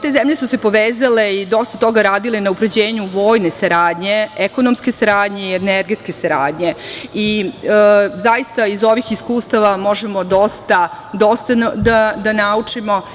Te zemlje su se povezale i dosta toga radile na unapređenju vojne saradnje, ekonomske saradnje i energetske saradnje i zaista iz ovih iskustava možemo dosta da naučimo.